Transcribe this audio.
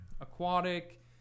aquatic